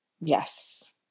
Yes